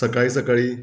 सकाळी सकाळीं